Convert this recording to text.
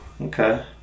Okay